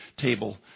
table